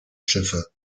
schiffe